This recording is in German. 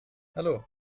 hallo